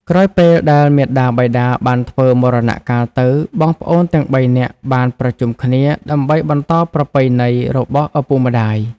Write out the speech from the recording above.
ក្រោយពេលដែលមាតាបិតាបានធ្វើមរណកាលទៅ បងប្អូនទាំងបីនាក់បានប្រជុំគ្នាដើម្បីបន្តប្រពៃណីរបស់ឪពុកម្ដាយ។